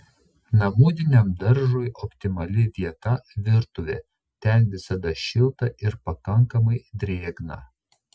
namudiniam daržui optimali vieta virtuvė ten visada šilta ir pakankamai drėgna